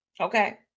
Okay